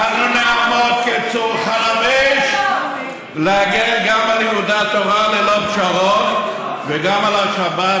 אנו נעמוד כצור חלמיש להגן על גם לומדי התורה ללא פשרות וגם על השבת,